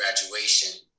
graduation